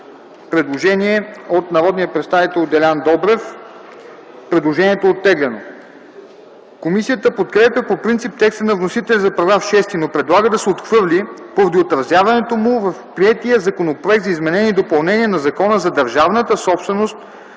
предложение от народния представител Делян Добрев. Предложението е оттеглено. Комисията подкрепя по принцип текста на вносителя за § 6, но предлага да се отхвърли, поради отразяването му в приетия Законопроект за изменение и допълнение на Закона за държавната собственост,